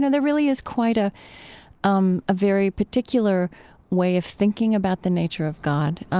know, there really is quite a um very particular way of thinking about the nature of god,